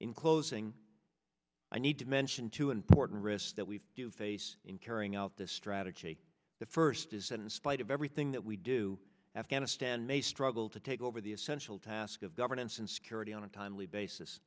in closing i need to mention two important that we do face in carrying out this strategy the first is and in spite of everything that we do afghanistan may struggle to take over the essential task of governance and security on a timely basis